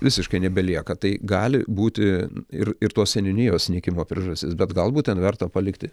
visiškai nebelieka tai gali būti ir ir tos seniūnijos nykimo priežastis bet galbūt ten verta palikti